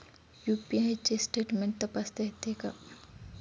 UPI चे statement तपासता येते का?